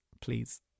please